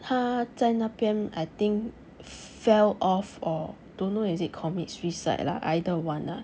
他在那边 I think fell off or don't know is it commit suicide ah either one lah